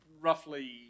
Roughly